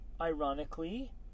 ironically